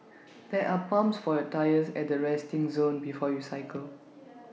there are pumps for your tyres at the resting zone before you cycle